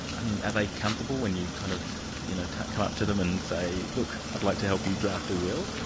i mean are they comfortable when you kind of you know come up to them and say, look, i'd like to help you draft a will?